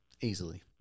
easily